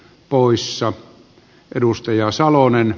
poissa edustaja salonen